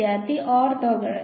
വിദ്യാർത്ഥി ഓർത്തോഗണൽ